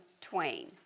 twain